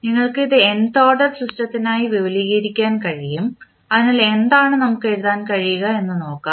നിങ്ങൾക്ക് ഇത് nth order സിസ്റ്റത്തിനായി വിപുലീകരിക്കാൻ കഴിയും അതിനാൽ എന്താണ് നമുക്ക് എഴുതാൻ കഴിയുക എന്ന് നോക്കാം